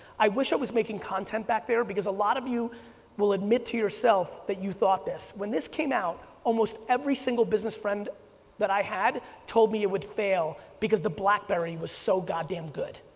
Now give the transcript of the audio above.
i wish i was making content back there because a lot of you will admit to yourself that you thought this. when this came out almost every single business friend that i had told me it would fail because the blackberry was so goddamn good.